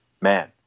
man